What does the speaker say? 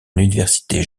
université